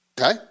okay